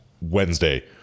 wednesday